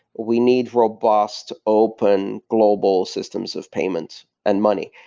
we need robust, open global systems of payments and money.